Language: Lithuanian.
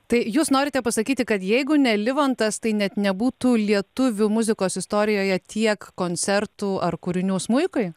tai jūs norite pasakyti kad jeigu ne livontas tai net nebūtų lietuvių muzikos istorijoje tiek koncertų ar kūrinių smuikui